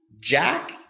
Jack